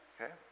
Okay